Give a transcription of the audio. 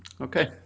Okay